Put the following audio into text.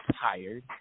tired